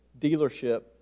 dealership